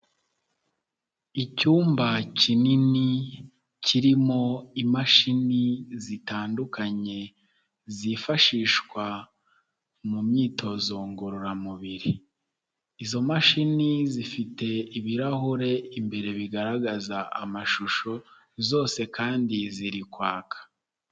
Icyumba kinini kirimo imashini zitandukanye zifashishwa mu myitozo ngororamubiri, izo mashini zifite ibirahure imbere bigaragaza amashusho zose kandi ziri kwaka.